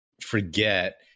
forget